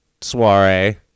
soiree